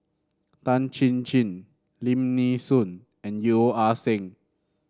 Tan Chin Chin Lim Nee Soon and Yeo Ah Seng